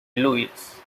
louis